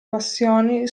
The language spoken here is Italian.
passioni